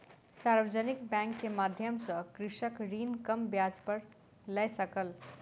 सार्वजानिक बैंक के माध्यम सॅ कृषक ऋण कम ब्याज पर लय सकल